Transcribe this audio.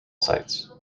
sites